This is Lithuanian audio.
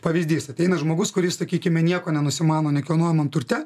pavyzdys ateina žmogus kuris sakykime nieko nenusimano nekilnojamam turte